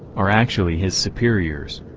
are actually his superiors!